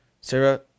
Sarah